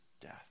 death